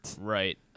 Right